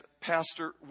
Pastor